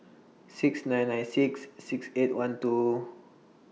six nine nine six six eight one two